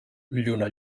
lluna